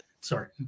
sorry